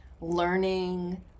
learning